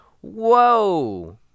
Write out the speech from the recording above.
Whoa